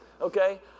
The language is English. Okay